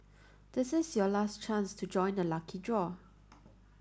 this is your last chance to join the lucky draw